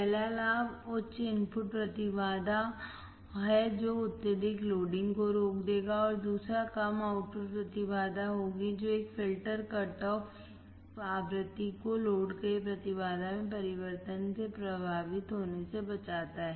पहला लाभ उच्च इनपुट प्रतिबाधा है जो अत्यधिक लोडिंग को रोक देगा और दूसरा कम आउटपुट प्रतिबाधा होगी जो एक फ़िल्टर कट ऑफ आवृत्ति को लोड के प्रतिबाधा में परिवर्तन से प्रभावित होने से बचाता है